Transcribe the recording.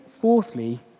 fourthly